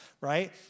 right